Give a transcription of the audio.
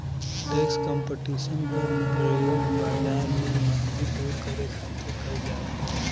tax competition क प्रयोग बाजार में मंदी दूर करे खातिर कइल जाला